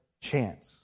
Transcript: chance